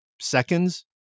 seconds